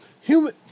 human